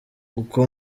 uko